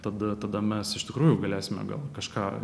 tada tada mes iš tikrųjų galėsime gal kažką